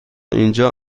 اینجا